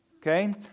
okay